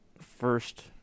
first